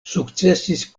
sukcesis